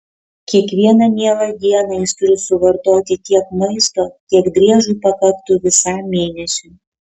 kiekvieną mielą dieną jis turi suvartoti tiek maisto kiek driežui pakaktų visam mėnesiui